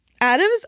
Adam's